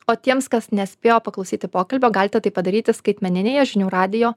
o tiems kas nespėjo paklausyti pokalbio galite tai padaryti skaitmeninėje žinių radijo